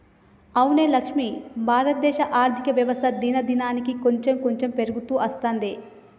అవునే లక్ష్మి భారతదేశ ఆర్థిక వ్యవస్థ దినదినానికి కాంచెం కాంచెం పెరుగుతూ అత్తందే